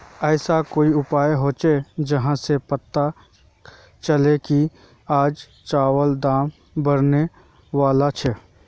ऐसा कोई उपाय होचे जहा से पता चले की आज चावल दाम बढ़ने बला छे?